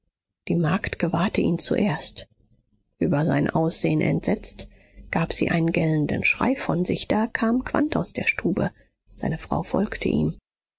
die magd gewahrte ihn zuerst über sein aussehen entsetzt gab sie einen gellenden schrei von sich da kam quandt aus der stube seine frau folgte ihm